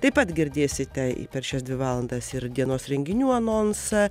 taip pat girdėsite per šias dvi valandas ir dienos renginių anonsą